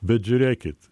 bet žiūrėkit